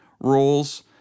roles